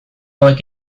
hauek